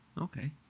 Okay